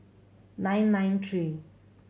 nine nine three